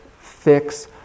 fix